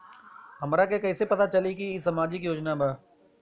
हमरा के कइसे पता चलेगा की इ सामाजिक योजना बा?